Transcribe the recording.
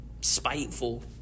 spiteful